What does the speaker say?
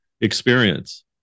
experience